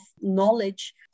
knowledge